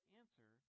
answer